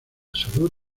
salud